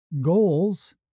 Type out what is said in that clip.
goals